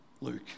Luke